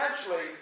essentially